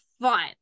fun